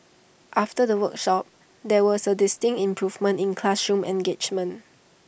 after the workshops there was A distinct improvement in classroom engagement